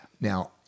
Now